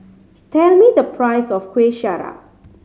tell me the price of Kuih Syara